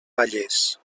vallès